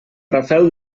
rafel